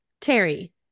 Terry